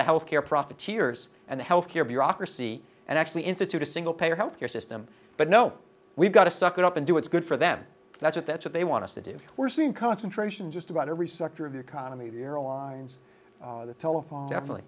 the health care profiteers and the health care bureaucracy and actually institute a single payer health care system but no we've got to suck it up and do what's good for them that's what that's what they want to do we're seeing concentration just about every sector of the economy the airlines the telephone definitely